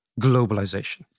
globalization